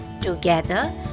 Together